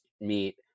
meet